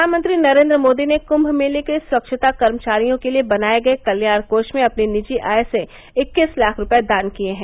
प्रधानमंत्री नरेन्द्र मोदी ने कुंभ मेले के स्वच्छता कर्मचारियों के लिए बनाए गए कल्याण कोष में अपनी निजी आय से इक्कीस लाख रूपये दान किए हैं